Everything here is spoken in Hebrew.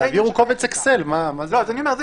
יעבירו קובץ אקסל, מה הבעיה?